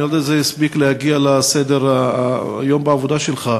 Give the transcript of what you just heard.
ואני לא יודע אם זה הספיק להגיע לסדר-היום בעבודה שלך: